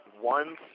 one